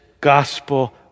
gospel